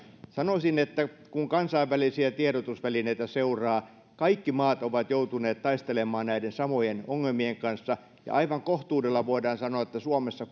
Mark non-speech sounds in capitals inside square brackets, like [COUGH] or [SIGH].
sanoisin että kun kansainvälisiä tiedotusvälineitä seuraa kaikki maat ovat joutuneet taistelemaan näiden samojen ongelmien kanssa ja aivan kohtuudella voidaan sanoa että suomessa [UNINTELLIGIBLE]